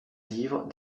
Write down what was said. livres